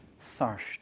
thirst